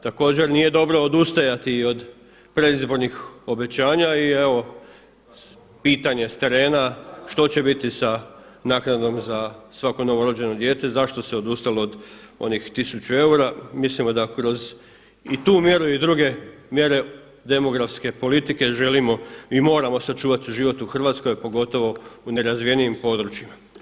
Također nije dobro odustajati i od predizbornih obećanja i evo pitanje s terena što će biti s naknadom za svako novorođeno dijete, zašto se odustalo od onih tisuću eura, mislimo da kroz i tu mjeru i druge mjere demografske politike želimo i moramo sačuvati život u Hrvatskoj a pogotovo u nerazvijenijim područjima.